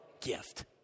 gift